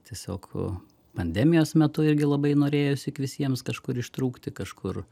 tiesiog pandemijos metu irgi labai norėjosi visiems kažkur ištrūkti kažkur